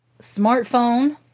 Smartphone